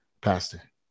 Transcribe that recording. pastor